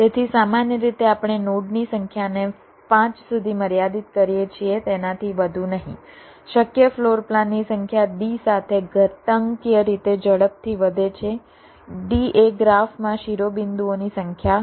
તેથી સામાન્ય રીતે આપણે નોડની સંખ્યાને 5 સુધી મર્યાદિત કરીએ છીએ તેનાથી વધુ નહીં શક્ય ફ્લોર પ્લાનની સંખ્યા d સાથે ઘાતાંકીય રીતે ઝડપથી વધે છે d એ ગ્રાફમાં શિરોબિંદુઓની સંખ્યા છે